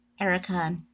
Erica